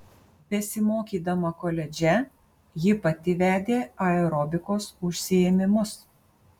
besimokydama koledže ji pati vedė aerobikos užsiėmimus